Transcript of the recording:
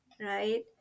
right